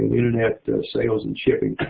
internet sales and shipping.